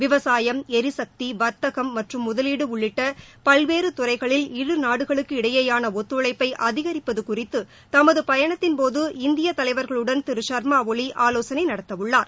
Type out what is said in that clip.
விவசாயம் எரிசக்தி வர்த்தகம் மற்றும் முதலீடு உள்ளிட்ட பல்வேறு துறைகளில் இருநாடுகளுக்கு இடையேயான ஒத்துழைப்பை அதிகரிப்பது குறித்து தமது பயணத்தின்போது இந்திய தலைவர்களுடன் திரு ஷர்மா ஒளி ஆலோசனை நடத்தவுள்ளார்